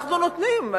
אנחנו נותנים,